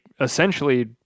essentially